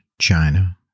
China